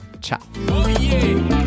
Ciao